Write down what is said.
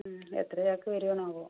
എത്ര ചാക്ക് വരുമോ ആവോ